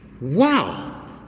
wow